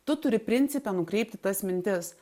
tu turi principe nukreipti tas mintis